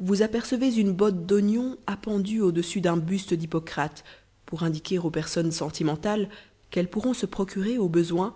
vous apercevez une botte d'oignons appendue au-dessous d'un buste d'hippocrate pour indiquer aux personnes sentimentales qu'elles pourront se procurer au besoin